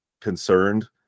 concerned